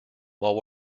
while